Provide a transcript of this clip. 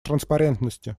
транспарентности